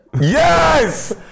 Yes